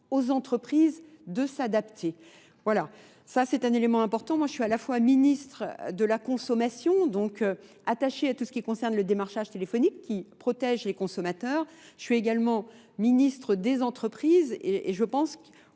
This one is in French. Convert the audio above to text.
aux entreprises de s'adapter. Voilà, ça c'est un élément important. Moi je suis à la fois ministre de la consommation, donc attachée à tout ce qui concerne le démarchage téléphonique qui protège les consommateurs. Je suis également ministre des entreprises et je pense qu'on